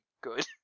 good